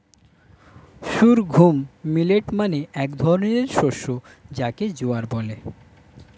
sorghum millet মানে এক ধরনের শস্য যাকে জোয়ার বলে